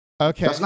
Okay